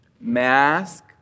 mask